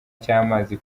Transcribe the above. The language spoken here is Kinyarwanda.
cy’amazi